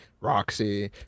Roxy